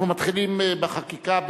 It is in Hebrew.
אנחנו מתחילים בחקיקה,